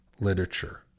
literature